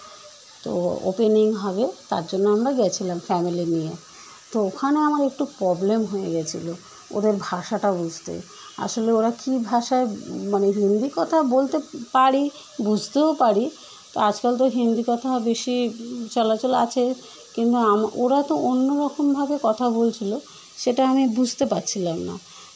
তো ওপেনিং হবে তার জন্য আমরা গিয়েছিলাম ফ্যামেলি নিয়ে তো ওখানে আমার একটু প্রবলেম হয়ে্ছিলগিয়েছিলো ওদের ভাষাটা বুঝতে আসলে ওরা কী ভাষায় মানে হিন্দি কথা বলতে পারি বুঝতেও পারি তা আজকাল তো হিন্দি কথা বেশি চলাচল আছে কিন্তু ওরা তো অন্য রকমভাবে কথা বলছিলো সেটা আমি বুঝতে পারছিলাম না